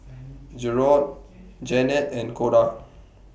Jerrold Janette and Koda